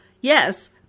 yes